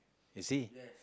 you see